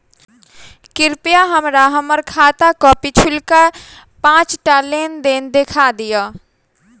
कृपया हमरा हम्मर खाताक पिछुलका पाँचटा लेन देन देखा दियऽ